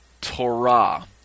Torah